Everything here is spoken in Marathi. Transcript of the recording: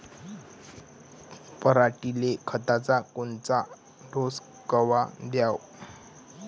पऱ्हाटीले खताचा कोनचा डोस कवा द्याव?